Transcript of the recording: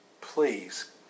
please